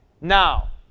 Now